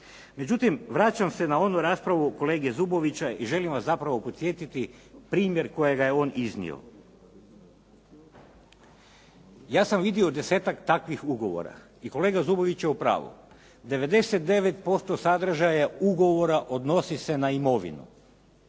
Međutim, vraćam se na onu raspravu kolege Zubovića i želim vas zapravo posjetiti primjer kojega je on iznio. Ja sam vidio 10-ak takvih ugovora i kolega Zubović je u pravu 99% sadržaja ugovora odnosi se na imovinu.